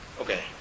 okay